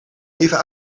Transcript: even